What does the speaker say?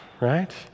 right